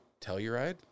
Telluride